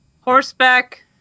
Horseback